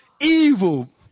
evil